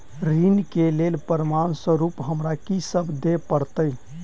ऋण केँ लेल प्रमाण स्वरूप हमरा की सब देब पड़तय?